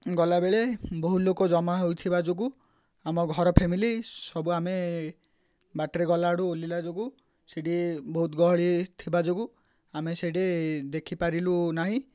ଗଲାବେଳେ ବହୁ ଲୋକ ଜମା ହୋଇଥିବା ଯୋଗୁଁ ଆମ ଘର ଫ୍ୟାମିଲି ସବୁ ଆମେ ବାଟରେ ଗଲାବେଳକୁ ଓହ୍ଲେଇଲା ବେଳକୁ ସେଠି ବହୁତ ଗହଳି ଥିବା ଯୋଗୁଁ ଆମେ ସେଠି ଦେଖିପାରିଲୁ ନାହିଁ